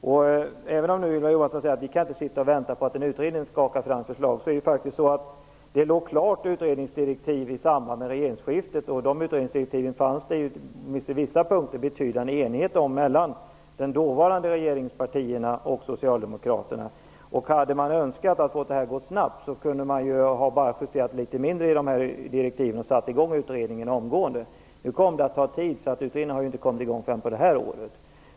Visserligen säger Ylva Johansson att vi inte kan sitta och vänta på att en utredning skall skaka fram förslag, men i samband med regeringsskiftet fanns det utredningsdirektiv klara, och om dem fanns det åtminstone på vissa punkter en betydande enighet mellan de dåvarande regeringspartierna och Socialdemokraterna. Hade man önskat att det här skulle gå snabbt hade man kunnat justera direktiven litet mindre och satt i gång utredningen omgående. Nu kom det att ta tid, så utredningen har inte kommit i gång förrän det här året.